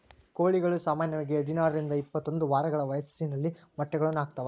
ಕೋಳಿಗಳು ಸಾಮಾನ್ಯವಾಗಿ ಹದಿನಾರರಿಂದ ಇಪ್ಪತ್ತೊಂದು ವಾರಗಳ ವಯಸ್ಸಿನಲ್ಲಿ ಮೊಟ್ಟೆಗಳನ್ನು ಹಾಕ್ತಾವ